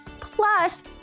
plus